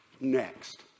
next